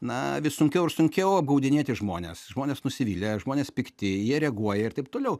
na vis sunkiau ir sunkiau apgaudinėti žmones žmonės nusivylę žmonės pikti jie reaguoja ir taip toliau